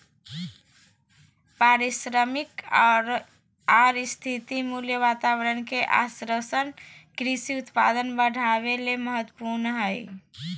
पारिश्रमिक आर स्थिर मूल्य वातावरण के आश्वाशन कृषि उत्पादन बढ़ावे ले महत्वपूर्ण हई